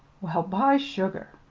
well, by sugar!